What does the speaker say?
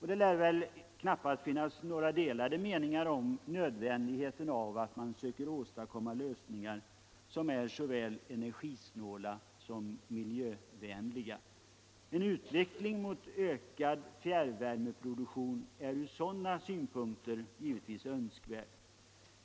Det lär knappast finnas några delade meningar om nödvändigheten av att söka åstadkomma lösningar som är såväl energisnåla som miljövänliga. En utveckling mot ökad fjärrvärmeproduktion är givetvis från sådana synpunkter önskvärd.